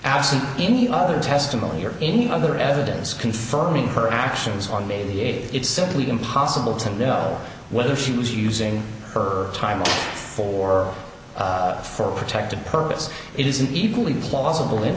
absent any other testimony or any other evidence confirming her actions on may the eighth it's simply impossible to know whether she was using her time for for a protective purpose it is an equally plausible